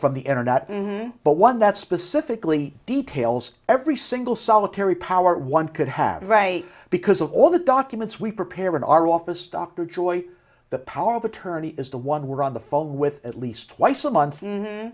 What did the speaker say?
from the internet but one that specifically details every single solitary power one could have right because of all the documents we prepare in our office dr joy the power of attorney is the one we're on the phone with at least twice a month